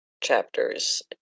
chapters